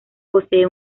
posee